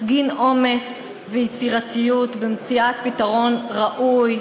תפגין אומץ ויצירתיות במציאת פתרון ראוי,